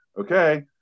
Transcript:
okay